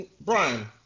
Brian